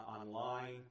online